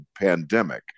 pandemic